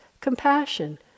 compassion